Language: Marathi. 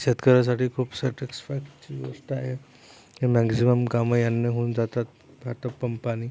शेतकऱ्यासाठी खूप सॅटिक्सफाईडची गोष्ट आहे हे मॅंक्झिमम कामं यानं होऊन जातात अॅटोपंपानी